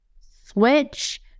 switch